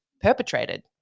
perpetrated